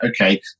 okay